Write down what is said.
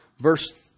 verse